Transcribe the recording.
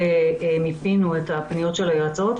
מיפינו את הפניות של היועצות.